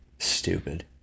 Stupid